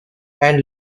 and